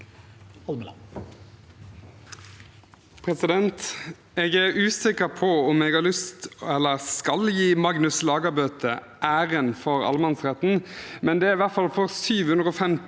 Jeg er usikker på om jeg skal gi Magnus Lagabøte æren for allemannsretten, men det var i hvert fall for 750